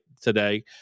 today